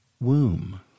womb